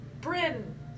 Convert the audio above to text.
Bryn